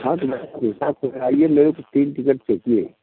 हाँ तो भाई साहब हिसाब से कराइए मेरे को तीन टिकट चाहिए